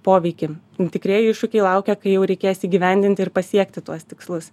poveikį tikrieji iššūkiai laukia kai jau reikės įgyvendinti ir pasiekti tuos tikslus